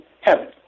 heaven